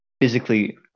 physically